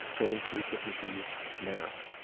going to christmas eve mass.